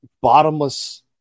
Bottomless